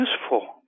useful